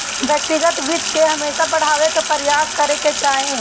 व्यक्तिगत वित्त के हमेशा बढ़ावे के प्रयास करे के चाही